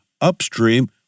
upstream